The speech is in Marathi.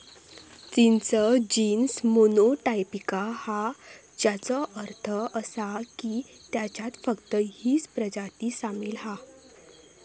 चिंच जीन्स मोनो टायपिक हा, ज्याचो अर्थ असा की ह्याच्यात फक्त हीच प्रजाती सामील हा